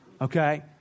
okay